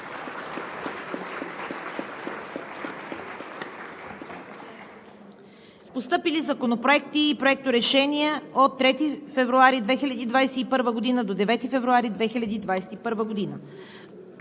Постъпили законопроекти и проекторешения от 3 февруари 2021 г. до 9 февруари 2021 г.: